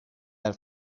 واقع